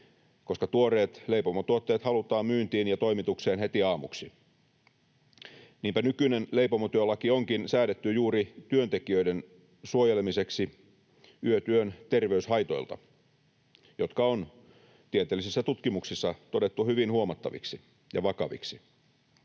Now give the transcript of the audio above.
koska tuoreet leipomotuotteet halutaan myyntiin ja toimitukseen heti aamuksi. Niinpä nykyinen leipomotyölaki onkin säädetty juuri työntekijöiden suojelemiseksi yötyön terveyshaitoilta, jotka on tieteellisissä tutkimuksissa todettu hyvin huomattaviksi ja vakaviksi.